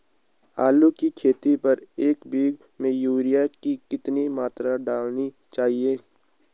आलू की खेती पर एक बीघा में यूरिया की कितनी मात्रा डालनी चाहिए?